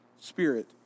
Spirit